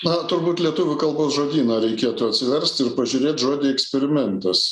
na turbūt lietuvių kalbos žodyną reikėtų atsiverst ir pažiūrėt žodį eksperimentas